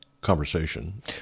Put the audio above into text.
conversation